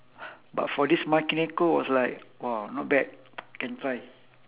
but for this manekineko was like !wah! not bad can try